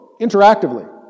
interactively